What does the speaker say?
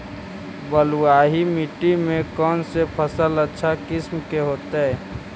बलुआही मिट्टी में कौन से फसल अच्छा किस्म के होतै?